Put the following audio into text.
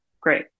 great